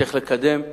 צריך לקדם.